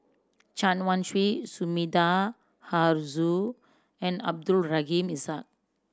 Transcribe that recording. Chen Wen Hsi Sumida Haruzo and Abdul Rahim Ishak